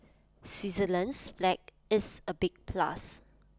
Switzerland's flag is A big plus